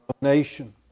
nation